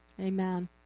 Amen